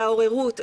לעוררות,